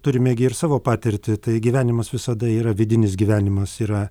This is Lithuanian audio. turime gi ir savo patirtį tai gyvenimas visada yra vidinis gyvenimas yra